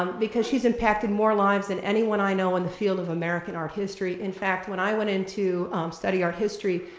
um because she's impacted more lives than and anyone i know in the field of american art history. in fact, when i went in to study art history,